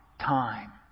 time